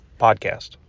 podcast